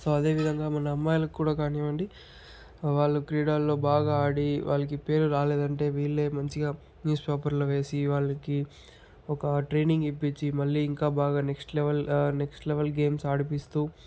so అదే విధంగా మన అమ్మాయిలకు కూడా కానివ్వండి వాళ్ళు క్రీడల్లో బాగా ఆడి వాళ్ళకి పేరు రాలేదు అంటే వీళ్ళే మంచిగా న్యూస్ పేపర్లో వేసి వాళ్ళకి ఒక ట్రైనింగ్ ఇప్పించి మళ్ళీ ఇంకా బాగా next level next level games ఆడిపిస్తు